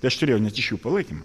tai aš turėjau net iš jų palaikymą